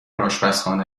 آشپزخانه